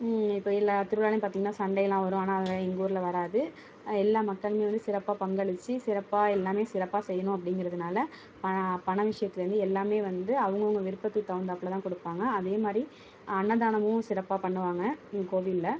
இப்போ எல்லா திருவிழாலேயும் பார்த்திங்கன்னா சண்டைலாம் வரும் ஆனால் எங்கள் ஊரில் வராது எல்லா மக்களுமே வந்து சிறப்பாக பங்களித்து சிறப்பாக எல்லாமே சிறப்பாக செய்யணும் அப்படிங்கிறதுனால பணம் விஷயத்துலேந்து எல்லாமே வந்து அவங்கவுங்க விருப்பத்துக்கு தகுந்தாப்புல தான் கொடுப்பாங்க அதே மாதிரி அன்னதானமும் சிறப்பாக பண்ணுவாங்க எங்கள் கோவிலில்